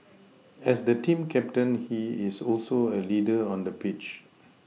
as the team captain he is also a leader on the pitch